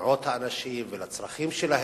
ולתנועות האנשים ולצרכים שלהם.